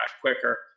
quicker